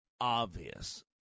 obvious